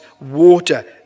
water